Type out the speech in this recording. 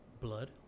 Blood